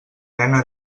nena